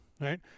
right